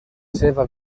seva